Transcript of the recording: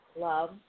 love